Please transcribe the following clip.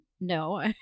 no